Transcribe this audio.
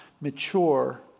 mature